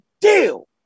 deal